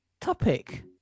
topic